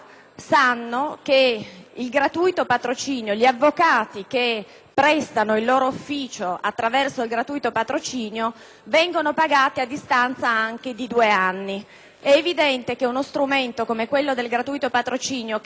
in Aula sanno che gli avvocati che prestano il loro ufficio attraverso il gratuito patrocinio vengono pagati a distanza anche di due anni. È evidente che uno strumento come questo, che è molto importante,